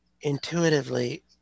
intuitively